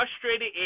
frustrated